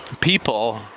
People